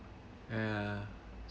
ya